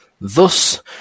Thus